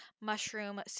mushroom